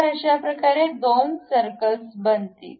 तर अशाप्रकारे दोन सर्कल्स बनतील